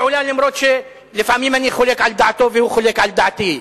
אף-על-פי שלפעמים אני חולק על דעתו והוא חולק על דעתי.